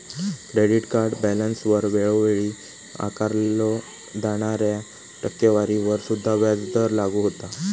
credit card बॅलन्सवर वेळोवेळी आकारल्यो जाणाऱ्या टक्केवारीवर सुद्धा व्याजदर लागू होता